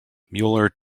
muller